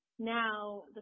Now